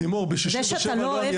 לימור, ב-67' לא עשינו את זה.